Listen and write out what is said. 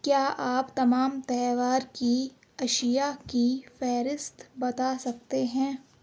کیا آپ تمام تہوار کی اشیاء کی فہرست بتا سکتے ہیں